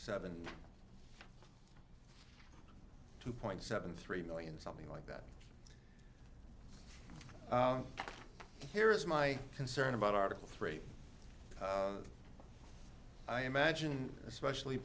seven two point seven three million something like that here is my concern about article three i imagine especially